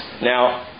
Now